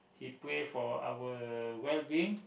he pray for our well being